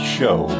show